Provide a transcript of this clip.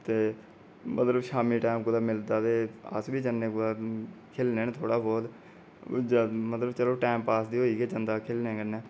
ते मतलव शामी टाईम कुदै मिलदा ते अस बी जन्ने कुदै खेलने आं थोह्ड़ा बहुत चलो मतलव टाईम पास ते होई गै जंदा खेलने कन्नै